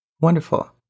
Wonderful